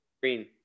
Green